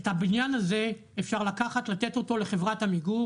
את הבניין הזה אפשר לקחת לתת אותו לחברת עמיגור